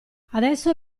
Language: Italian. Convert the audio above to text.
adesso